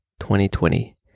2020